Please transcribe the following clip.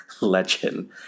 legend